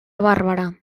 bàrbara